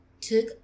took